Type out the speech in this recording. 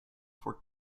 for